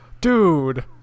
Dude